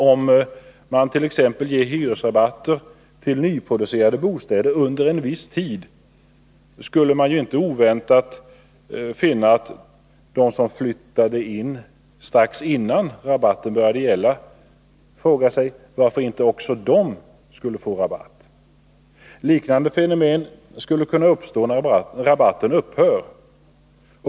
Om man t.ex. ger hyresrabatter till nyproducerade bostäder under en viss tid skulle, inte oväntat, de som flyttade in strax innan rabatten började gälla kunna fråga varför inte de också får rabatt. Liknande fenomen skulle kunna uppstå när rabatten upphör.